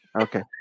okay